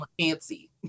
fancy